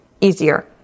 easier